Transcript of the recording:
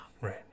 right